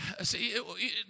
See